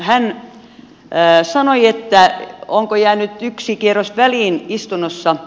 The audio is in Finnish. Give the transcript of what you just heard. hän sanoi että onko jäänyt yksi kierros väliin istunnossa